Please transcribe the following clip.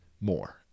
more